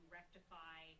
rectify